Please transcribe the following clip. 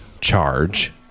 Charge